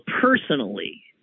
personally